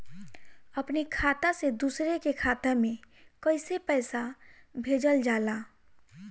अपने खाता से दूसरे के खाता में कईसे पैसा भेजल जाला?